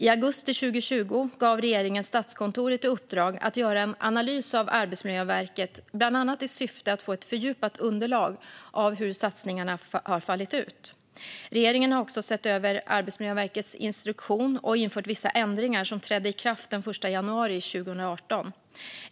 I augusti 2020 gav regeringen Statskontoret i uppdrag att göra en analys av Arbetsmiljöverket, bland annat i syfte att få ett fördjupat underlag om hur satsningarna har fallit ut. Regeringen har också sett över Arbetsmiljöverkets instruktion och infört vissa ändringar som trädde i kraft den 1 januari 2018.